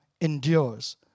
endures